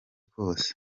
kose